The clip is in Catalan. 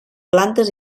plantes